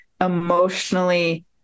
emotionally